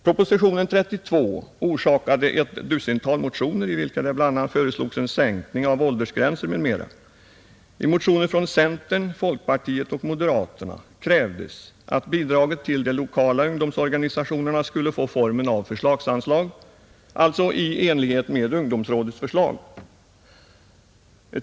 Propositionen 32 orsakade ett dussintal motioner i vilka det bl.a. föreslogs en sänkning av åldersgränser m, m, I motioner från centern, folkpartiet och moderata samlingspartiet krävdes att bidraget till de lokala ungdomsorganisationerna skulle få formen av förslagsanslag, alltså helt i enlighet med ungdomsrådets förslag.